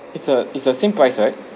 it's a it's the same price right